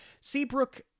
Seabrook